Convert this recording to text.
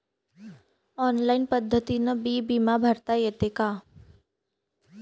Online पद्धतीनं बी बिमा भरता येते का?